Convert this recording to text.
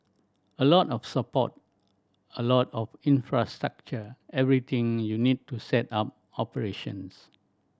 a lot of support a lot of infrastructure everything you need to set up operations